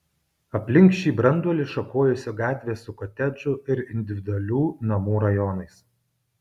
aplink šį branduolį šakojosi gatvės su kotedžų ir individualių namų rajonais